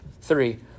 three